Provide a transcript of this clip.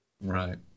Right